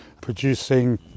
producing